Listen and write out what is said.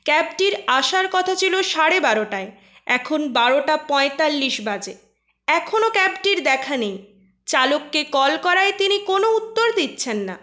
ক্যাবটির আসার কথা ছিল সাড়ে বারোটায় এখন বারোটা পয়তাল্লিশ বাজে এখনো ক্যাবটির দেখা নেই চালককে কল করায় তিনি কোনো উত্তর দিচ্ছেন না